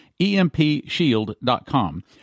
EMPshield.com